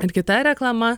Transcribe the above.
ir kita reklama